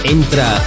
Entra